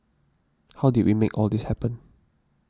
how did we make all this happen